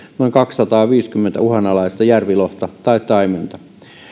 noin kaksisataaviisikymmentä uhanalaista järvilohta tai taimenta